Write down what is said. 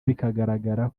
bikagaragara